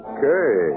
Okay